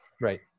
Right